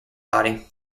body